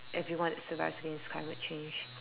everyone that survives against climate change